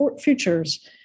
futures